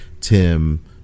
Tim